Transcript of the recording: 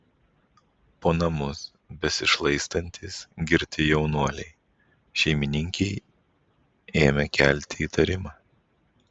po namus besišlaistantys girti jaunuoliai šeimininkei ėmė kelti įtarimą